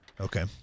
Okay